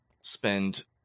spend